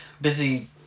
Busy